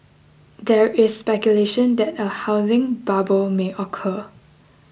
there is speculation that a housing bubble may occur